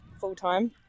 full-time